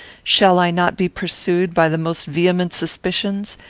shall i not be pursued by the most vehement suspicions,